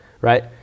right